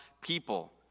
people